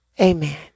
Amen